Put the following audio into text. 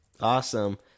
Awesome